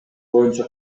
боюнча